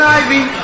ivy